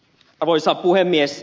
arvoisa puhemies